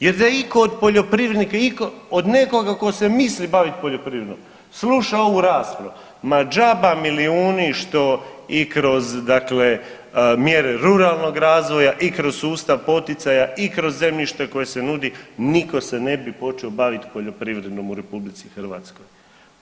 Jer da je itko od poljoprivrednika, od nekoga tko se misli baviti poljoprivredom sluša ovu raspravu ma džaba milijuni što i kroz, dakle mjere ruralnog razvoja i kroz sustav poticaja i kroz zemljište koje se nudi nitko se ne bi počeo baviti poljoprivredom u Republici Hrvatskoj.